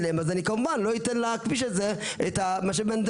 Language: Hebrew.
כשאני בא למוקדי סיכון,